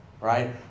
right